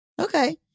Okay